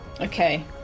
okay